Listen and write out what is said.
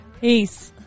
Peace